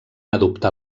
adoptar